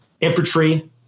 infantry